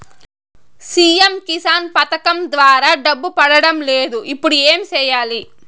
CM Kisan పథకం ద్వారా డబ్బు పడడం లేదు ఇప్పుడు ఏమి సేయాలి